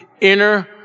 inner